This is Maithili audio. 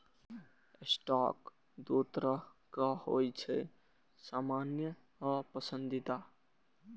स्टॉक दू तरहक होइ छै, सामान्य आ पसंदीदा